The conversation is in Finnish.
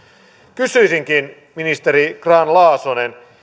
kysyisinkin ministeri grahn laasonen